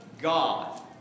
God